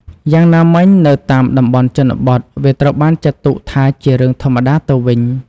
យ៉ាងណាមិញ នៅតាមតំបន់ជនបទវាត្រូវបានចាត់ទុកថាជារឿងធម្មតាទៅវិញ។